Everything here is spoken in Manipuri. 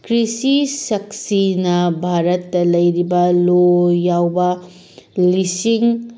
ꯀ꯭ꯔꯤꯁꯤ ꯁꯛꯁꯤꯅ ꯚꯥꯔꯠꯇ ꯂꯩꯔꯤꯕ ꯂꯣ ꯌꯥꯎꯕ ꯂꯤꯁꯤꯡ